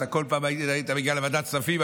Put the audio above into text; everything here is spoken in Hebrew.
כל פעם שהיית מגיע לוועדת הכספים,